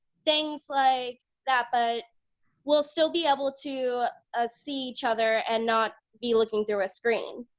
things like that, but we'll still be able to ah see each other and not be looking through a screen.